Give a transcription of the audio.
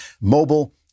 Mobile